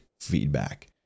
feedback